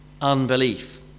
unbelief